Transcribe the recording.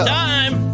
time